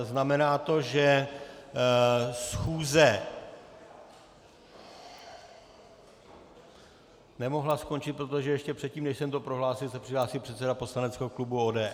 Znamená to, že schůze nemohla skončit, protože ještě předtím, než jsem to prohlásil, se přihlásil předseda poslaneckého klubu ODS.